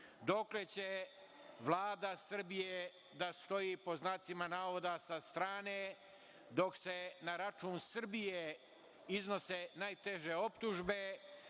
dokle će Vlada Srbije da stoji, pod znacima navoda, sa strane dok se na račun Srbije iznose najteže optužbe